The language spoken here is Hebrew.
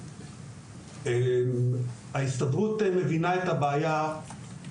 ההסתדרות מבינה את הבעיה של חוסר התאמה בין